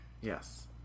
Yes